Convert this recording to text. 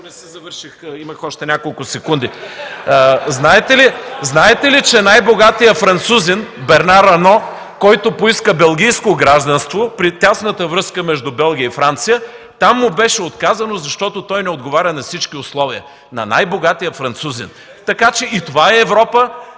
не завърших, имах още няколко секунди. (Силен шум, реплики и смях.) Знаете ли, че най-богатият французин Бернар Арно, който поиска белгийско гражданство, при тясната връзка между Белгия и Франция – там му беше отказано, защото той не отговаря на всички условия. На най-богатия французин! Така че и това е Европа,